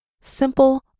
Simple